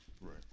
Right